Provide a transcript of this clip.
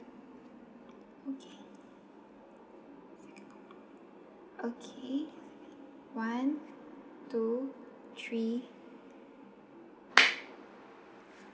okay okay one two three